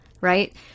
right